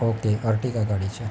okay Ertiga ગાડી છે